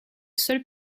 seul